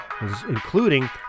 including